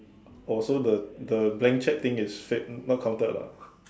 oh so the the blank cheque thing is fake not counted lah